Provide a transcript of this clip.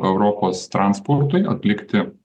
europos transportui atlikti